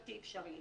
בלתי אפשרי.